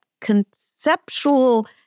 conceptual